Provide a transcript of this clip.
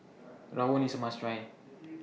Rawon IS A must Try